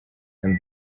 and